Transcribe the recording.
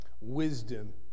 wisdom